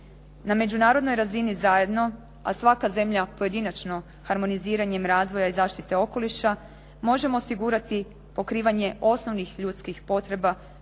Na međunarodnoj razini zajedno, a svaka zemlja pojedinačno harmoniziranjem razvoja i zaštite okoliša možemo osigurati pokrivanje osnovnih ljudskih potreba,